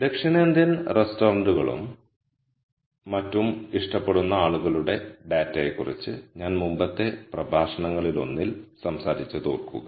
ദക്ഷിണേന്ത്യൻ റെസ്റ്റോറന്റുകളും മറ്റും ഇഷ്ടപ്പെടുന്ന ആളുകളുടെ ഡാറ്റയെക്കുറിച്ച് ഞാൻ മുമ്പത്തെ പ്രഭാഷണങ്ങളിലൊന്നിൽ സംസാരിച്ചത് ഓർക്കുക